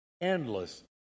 endless